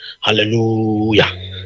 hallelujah